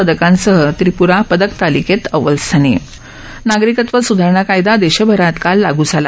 पदकांसह व्रिप्रा पदकतालिकेत अव्वलस्थानी नागरिकत्व स्धारणा कायदा देशभरात काल लागू झाला